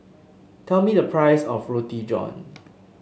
tell me the price of Roti John